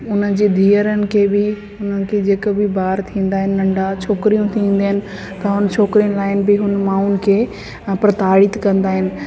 उन्हनि जी धीअरुनि खे बि हुननि खे जेके बि ॿार थींदा आहिनि नंढा छोकिरियूं थींदियूं आहिनि त हुन छोकिरियुनि लाइ बि हुन माउनि खे प्रताड़ित कंदा आहिनि